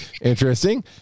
Interesting